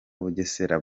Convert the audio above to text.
bugesera